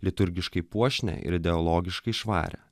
liturgiškai puošnią ir ideologiškai švarią